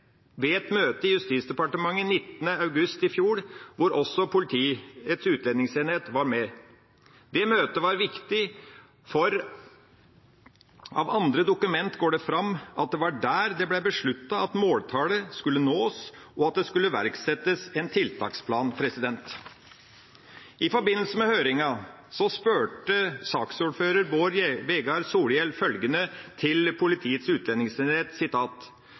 Ved utspørringa ble det oppmerksomhet om et møte i Justisdepartementet 19. august i fjor, hvor også Politiets utlendingsenhet var med. Det møtet var viktig, for av andre dokumenter går det fram at det var besluttet at måltallet skulle nås, og at det skulle iverksettes en tiltaksplan. I forbindelse med høringa spurte saksordfører Bård Vegar Solhjell om følgende til Politiets utlendingsenhet: